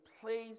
place